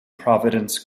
providence